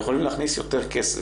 ויכולים להכניס יותר כסף.